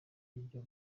y’ibyo